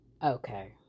Okay